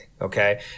okay